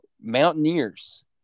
Mountaineers